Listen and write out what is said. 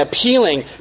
appealing